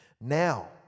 Now